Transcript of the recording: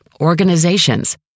organizations